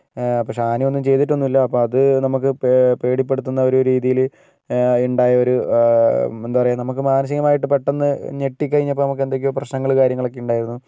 പക്ഷേ ആനയൊന്നും ചെയ്തിട്ടൊന്നുമില്ലാ അപ്പോൾ അത് നമുക്ക് പേ പേടി പെടുത്തുന്ന ഒരു രീതിയിൽ ഉണ്ടായ ഒരു എന്താ പറയുക നമുക്ക് മാനസികമായിട്ട് പെട്ടെന്ന് ഞെട്ടി കഴിഞ്ഞപ്പോൾ നമുക്ക് എന്തൊക്കെയോ പ്രശ്നങ്ങൾ കാര്യങ്ങളൊക്കേ ഉണ്ടായിരുന്നു